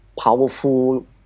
powerful